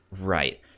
right